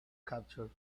captured